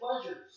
pleasures